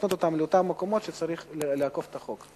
לאותם מקומות שבהם צריך לאכוף את החוק.